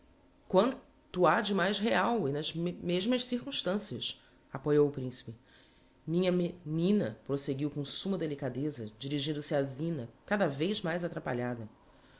to ha de mais real e nas mê mêsmas circunstancias appoiou o principe minha me nina proseguiu com summa delicadeza dirigindo-se á zina cada vez mais atrapalhada